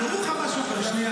בירוחם זה היה